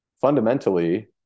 fundamentally